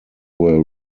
were